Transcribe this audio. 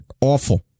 Awful